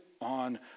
on